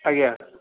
ଆଜ୍ଞା